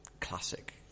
classic